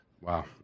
Wow